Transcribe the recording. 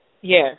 Yes